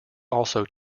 also